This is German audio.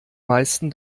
meisten